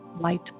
light